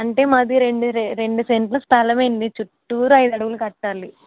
అంటే మాది రెండు రెండు సెంట్ల స్థలమండి చుట్టూర ఐదు అడుగులు కట్టాలి